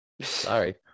Sorry